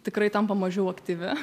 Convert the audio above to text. tikrai tampa mažiau aktyvi